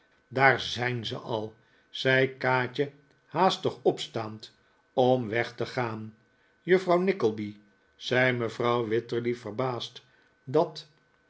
daar zijn zij al zei kaatje haastig opstaand om weg te gaan juffrouw nickleby zei mevrouw wititterly verbaasd dat